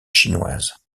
chinoise